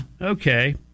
okay